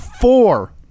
Four